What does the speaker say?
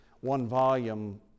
one-volume